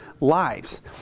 lives